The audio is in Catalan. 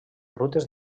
rutes